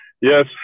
Yes